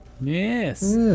Yes